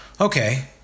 Okay